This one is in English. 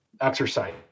exercise